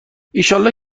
ایشالله